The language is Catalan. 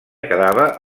quedava